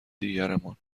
دیگرمان